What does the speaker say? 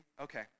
okay